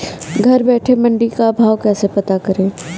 घर बैठे मंडी का भाव कैसे पता करें?